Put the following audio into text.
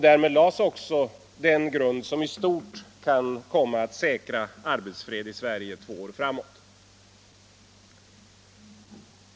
Därmed lades den grund som i stort kan komma att säkra arbetsfreden i Sverige två år framåt.